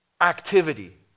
activity